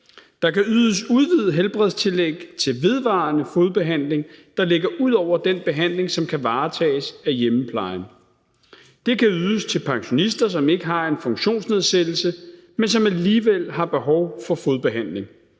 Der kan ydes udvidet helbredstillæg til vedvarende fodbehandling, der ligger ud over den behandling, som kan varetages af hjemmeplejen. Det kan ydes til pensionister, som ikke har en funktionsnedsættelse, men som alligevel har behov for fodbehandling,